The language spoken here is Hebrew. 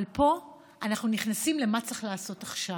אבל פה אנחנו נכנסים למה צריך לעשות עכשיו.